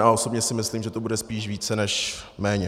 A osobně si myslím, že je to spíš více než méně.